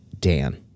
Dan